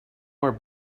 more